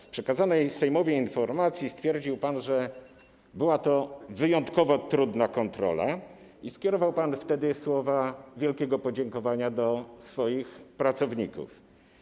W przekazanej Sejmowi informacji stwierdził pan, że była to wyjątkowo trudna kontrolna, i skierował pan wtedy słowa wielkiego podziękowania do swoich pracowników.